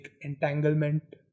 entanglement